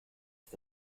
ist